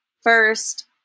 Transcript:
first